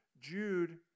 jude